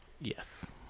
yes